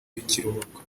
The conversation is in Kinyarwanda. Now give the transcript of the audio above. w’ikiruhuko